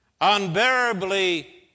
unbearably